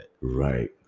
Right